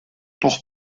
doch